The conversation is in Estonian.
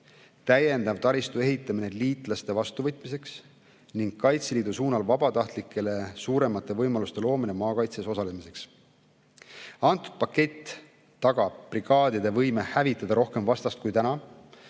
täiendav taristu ehitamine liitlaste vastuvõtmiseks ning Kaitseliidu suunal vabatahtlikele suuremate võimaluste loomine maakaitses osalemiseks. Antud pakett tagab brigaadide võime hävitada rohkem vastast kui täna